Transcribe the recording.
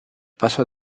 paso